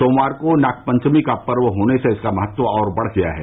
सोमवार को नागपंचमी पर्व होने से इसका महत्व और बढ़ गया है